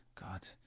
God